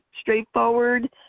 straightforward